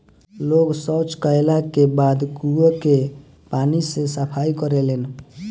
लोग सॉच कैला के बाद कुओं के पानी से सफाई करेलन